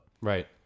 right